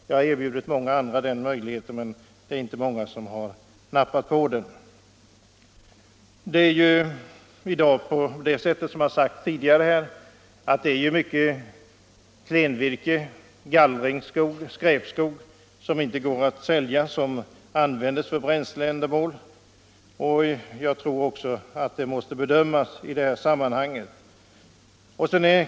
Jag har erbjudit andra den möjligheten, men det är inte många som har nappat på den. Som det har sagts här tidigare används numera för bränsleändamål mycket klenvirke, gallringsskog, skräpskog, som inte går att sälja. Det måste också tas med i bedömningen.